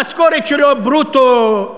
המשכורת שלו, ברוטו,